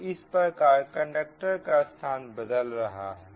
तो इस प्रकार कंडक्टर का स्थान बदल रहा है